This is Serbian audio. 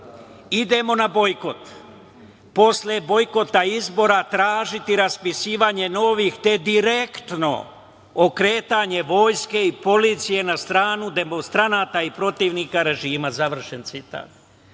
„idemo na bojkot, posle bojkota izbora tražiti raspisivanje novih, te direktno okretanje vojske i policije na stranu demonstranata i protivnika režima, završen citat.